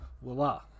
voila